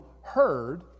heard